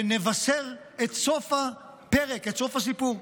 ונבשר את סוף הפרק, את סוף הסיפור.